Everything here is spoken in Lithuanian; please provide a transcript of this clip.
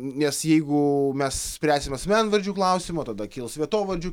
nes jeigu mes spręsim asmenvardžių klausimą tada kils vietovardžių